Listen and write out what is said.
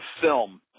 film